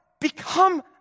become